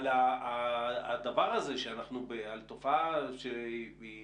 בתופעה שהיא